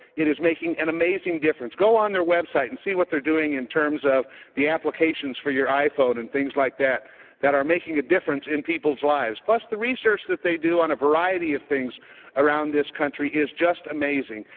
it is making an amazing difference. go on their website and see what they're doing in terms of the applications for your iphone and like that that are making a difference in people's lives, plus the research that they do on a variety of things around this country is just amazing.